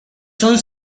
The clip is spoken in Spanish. son